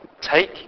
take